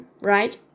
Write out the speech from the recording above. right